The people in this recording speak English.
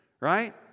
right